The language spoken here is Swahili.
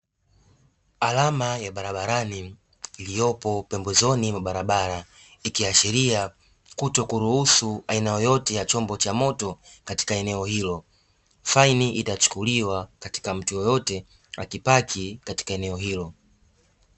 Alama ya barabarani iliyopo pembezoni mwa barabara ikiashiria kutokuruhusu aina yoyote ya chombo cha moto katika eneo hilo. Faini itachukuliwa katika mtu yoyote akipaki katika eneo hilo.